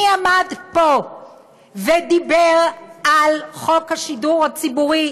מי עמד פה ודיבר על חוק השידור הציבורי,